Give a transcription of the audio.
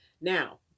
Now